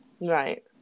Right